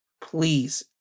please